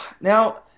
now